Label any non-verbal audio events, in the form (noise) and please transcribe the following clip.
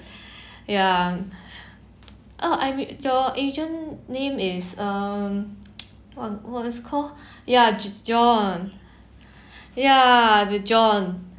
(breath) yeah oh I mean your agent name is uh (noise) what what is called ya john ya the john